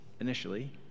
initially